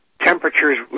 temperatures